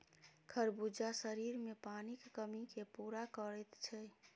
खरबूजा शरीरमे पानिक कमीकेँ पूरा करैत छै